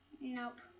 Nope